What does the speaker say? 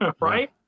Right